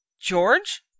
George